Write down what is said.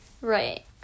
Right